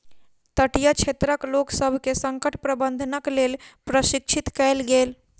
तटीय क्षेत्रक लोकसभ के संकट प्रबंधनक लेल प्रशिक्षित कयल गेल